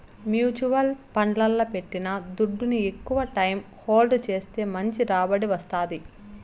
mutual ఫండ్లల్ల పెట్టిన దుడ్డుని ఎక్కవ టైం హోల్డ్ చేస్తే మంచి రాబడి వస్తాది